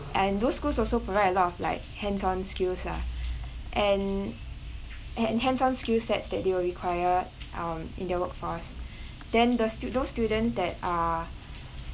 and those schools also provide a lot of like hands on skills ah and and hands on skill sets that they will require um in their workforce then the stu~ those students that are